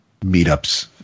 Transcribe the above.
meetups